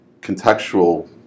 contextual